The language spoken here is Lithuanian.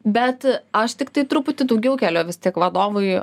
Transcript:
bet aš tiktai truputį daugiau keliu vis tik vadovui